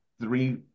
three